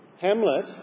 Hamlet